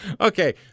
Okay